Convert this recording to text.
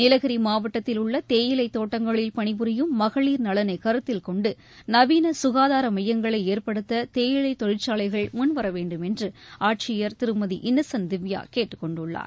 நீலகிரி மாவட்டத்தில் உள்ள தேயிலை தோட்டங்களில் பணிபுரியும் மகளிர் நலனை கருத்தில் கொண்டு நவீன சுகாதார மையங்களை ஏற்படுத்த தேயிலை தொழிற்சாலைகள் முன்வர வேண்டும் என்று ஆட்சியர் திருமதி இன்னசன்ட் திவ்யா கேட்டுக்கொண்டுள்ளார்